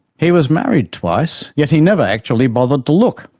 he was married twice, yet he never actually bothered to look,